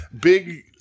big